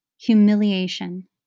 humiliation